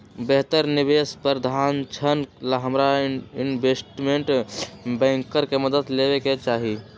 बेहतर निवेश प्रधारक्षण ला हमरा इनवेस्टमेंट बैंकर के मदद लेवे के चाहि